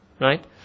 right